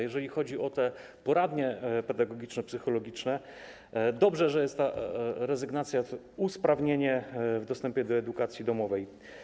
Jeżeli chodzi o poradnie pedagogiczno-psychologiczne, to dobrze, że jest ta rezygnacja, usprawnienie w dostępie do edukacji domowej.